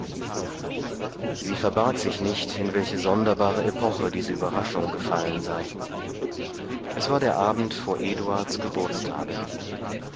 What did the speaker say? sie verbarg sich nicht in welche sonderbare epoche diese überraschung gefallen sei es war der abend vor eduards geburtstage